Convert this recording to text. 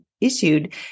issued